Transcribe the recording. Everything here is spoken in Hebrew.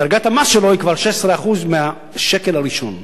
דרגת המס שלו היא כבר 16% מהשקל הראשון,